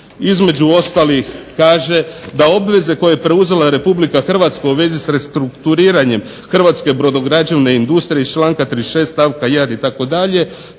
između ostalih kaže da obveze koje je preuzela RH u vezi s restrukturiranjem hrvatske brodograđevne industrije iz članka 36. stavka 1. itd.